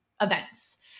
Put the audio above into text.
events